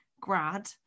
grad